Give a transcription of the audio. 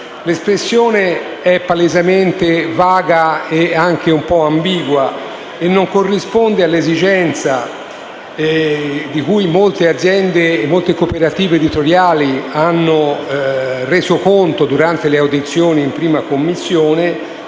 L'espressione è palesemente vaga, e anche un po' ambigua, e non corrisponde all'esigenza, di cui molte aziende e cooperative editoriali hanno reso conto durante le audizioni in 1a Commissione,